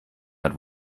hat